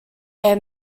air